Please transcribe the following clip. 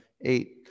eight